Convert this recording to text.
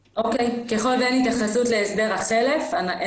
הזה, יש